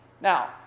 Now